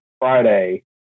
Friday